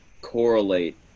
correlate